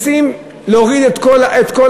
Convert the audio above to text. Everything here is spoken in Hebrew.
מסים, להוריד את כל